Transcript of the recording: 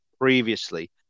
previously